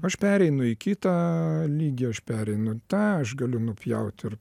aš pereinu į kitą lygį aš pereinu tą aš galiu nupjaut ir